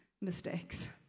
mistakes